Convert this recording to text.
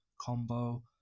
combo